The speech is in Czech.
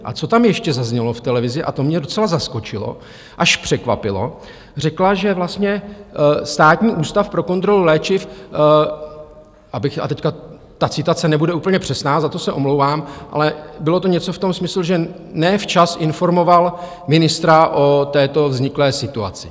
A co tam ještě zaznělo v televizi, a to mě docela zaskočilo až překvapilo, řekla, že Státní ústav pro kontrolu léčiv a teď ta citace nebude úplně přesná, za to se omlouvám ale bylo to něco v tom smyslu, že ne včas informoval ministra o této vzniklé situaci.